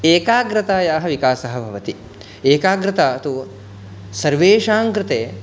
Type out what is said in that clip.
एकाग्रतायाः विकासः भवति एकाग्रता तु सर्वेषाङ्कृते